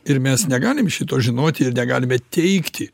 ir mes negalim šito žinoti ir negalime teigti